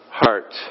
heart